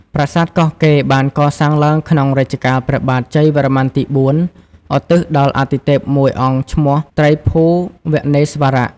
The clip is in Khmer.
ប្រាសាទកោះកេរ្តិ៍ បានកសាងឡើងក្នុងរជ្ជកាលព្រះបាទជ័យវរ័្មនទី៤ឧទ្ទិសដល់អាទិទេពមួយអង្គឈ្មោះ ត្រីភូវនេស្វរៈ។